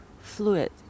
Fluid